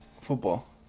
football